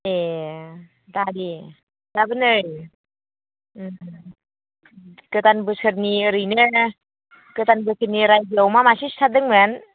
एह दालि दाबो नै उम गोदान बोसोरनि ओरैनो गोदान बोसोरनि रायजोआव अमा मासे सिथारदोंमोन